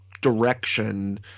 Direction